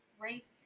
race